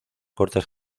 cortes